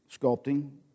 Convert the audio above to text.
sculpting